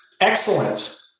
excellent